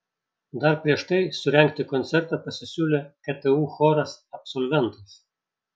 dar prieš tai surengti koncertą pasisiūlė ktu choras absolventas